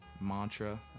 mantra